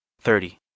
Thirty